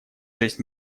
шесть